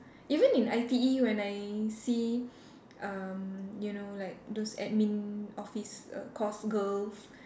even in I_T_E when I see um you know like those admin office err course girls